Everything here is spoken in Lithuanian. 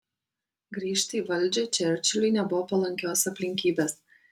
grįžti į valdžią čerčiliui nebuvo palankios aplinkybės